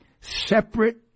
separate